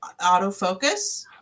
autofocus